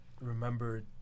remember